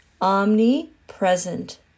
omnipresent